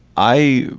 i.